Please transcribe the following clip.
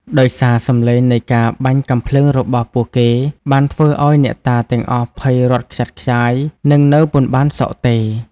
ដោយសារសំឡេងនៃការបាញ់កាំភ្លើងរបស់ពួកគេ បានធ្វើឲ្យអ្នកតាទាំងអស់ភ័យរត់ខ្ចាត់ខ្ចាយ និងនៅពុំបានសុខទេ។